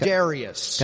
Darius